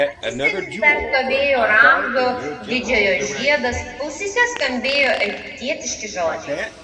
akyse vis dar stovėjo ramzio didžiojo žiedas ausyse skambėjo egiptietiški žodžiai